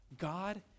God